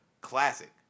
classic